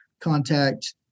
contact